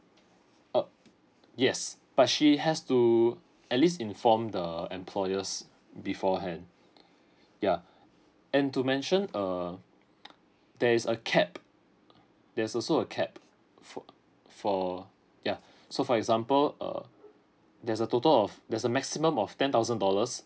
uh yes but she has to at least inform the employers beforehand yeah and to mention err there is a cap there is also a cap f~ for yeah so for example err there's a total of there's a maximum of ten thousand dollars